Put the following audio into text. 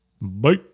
Bye